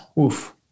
oof